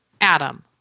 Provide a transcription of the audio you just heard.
Adam